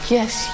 Yes